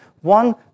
one